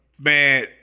Man